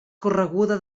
correguda